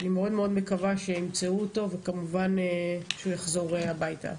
ואני מאוד מאוד מקווה שימצאו אותו ושכמובן הוא יחזור הביתה.